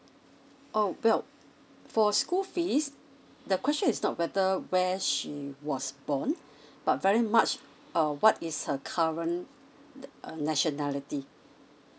oh well for school fees the question is not whether where she was born but very much uh what is her current uh nationality